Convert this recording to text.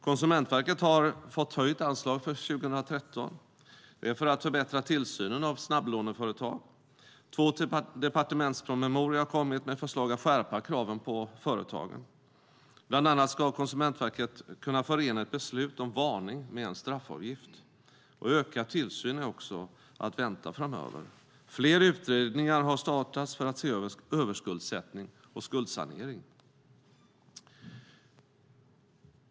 Konsumentverket har fått höjt anslag för 2013. Det är för att förbättra tillsynen av snabblåneföretag. Två departementspromemorior har kommit med förslag om att skärpa kraven på företagen. Bland annat ska Konsumentverket kunna förena ett beslut om varning med en straffavgift. Ökad tillsyn är också att vänta framöver. Flera utredningar har startats för att se över överskuldsättning och skuldsanering.